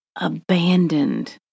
Abandoned